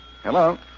Hello